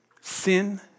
Sin